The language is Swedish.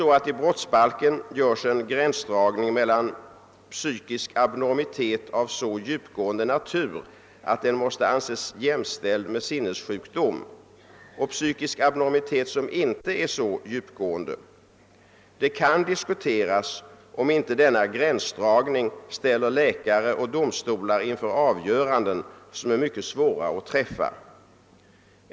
I brottsbalken görs en gränsdragning mellan »psykisk abnormitet av så djupgående natur att den måste anses jämställd med sinnesjukdom» och psykisk abnormitet som inte är så djupgående. Det kan diskuteras om inte denna gränsdragning ställer läkare och domstolar inför avgöranden som är mycket svåra att träffa.